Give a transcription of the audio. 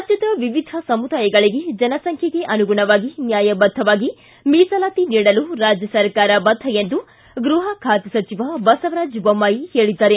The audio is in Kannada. ರಾಜ್ಯದ ವಿವಿಧ ಸಮುದಾಯಗಳಿಗೆ ಜನಸಂಖ್ಯೆಗೆ ಅನುಗುಣವಾಗಿ ನ್ಯಾಯಬದ್ದವಾಗಿ ಮೀಸಲಾತಿ ನೀಡಲು ರಾಜ್ಯ ಸರ್ಕಾರ ಬದ್ದ ಎಂದು ಗೃಹ ಖಾತೆ ಸಚಿವ ಬಸವರಾಜ ಬೊಮ್ಮಾಯಿ ಹೇಳಿದ್ದಾರೆ